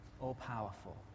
all-powerful